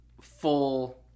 full